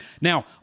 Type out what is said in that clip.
Now